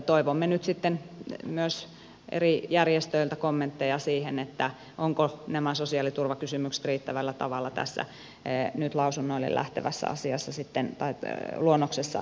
toivomme nyt sitten myös eri järjestöiltä kommentteja siihen ovatko nämä sosiaaliturvakysymykset riittävällä tavalla tässä nyt lausunnoille lähtevässä luonnoksessa sitten esillä